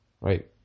right